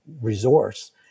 resource